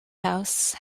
house